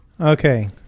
Okay